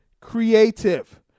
creative